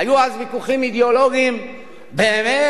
היו אז ויכוחים אידיאולוגיים באמת,